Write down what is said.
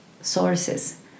sources